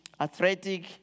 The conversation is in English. Athletic